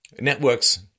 networks